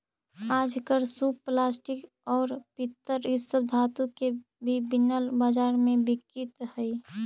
आजकल सूप प्लास्टिक, औउर पीतल इ सब धातु के भी बनल बाजार में बिकित हई